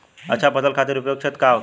अच्छा फसल खातिर उपयुक्त क्षेत्र का होखे?